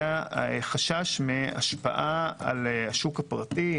זה החשש מהשפעה על השוק הפרטי,